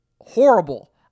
Horrible